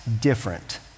different